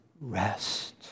rest